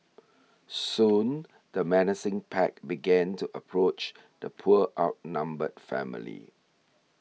soon the menacing pack began to approach the poor outnumbered family